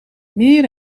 meer